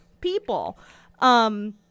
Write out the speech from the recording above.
people